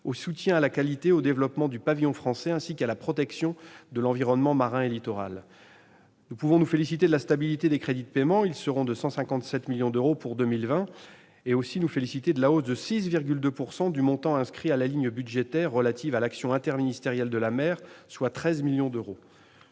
au soutien à la qualité et au développement du pavillon français, ainsi qu'à la protection de l'environnement marin et littoral. Nous pouvons nous féliciter de la stabilité des crédits de paiement- ils s'élèveront à 157 millions d'euros pour 2020 -, tout comme de la hausse de 6,2 % du montant inscrit à la ligne budgétaire relative à l'action interministérielle de la mer, soit 13 millions d'euros.